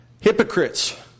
Hypocrites